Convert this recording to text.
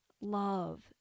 love